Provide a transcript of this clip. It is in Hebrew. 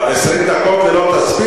20 דקות זה לא מספיק?